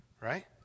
right